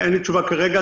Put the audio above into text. אין לי תשובה כרגע,